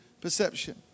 perception